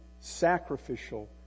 sacrificial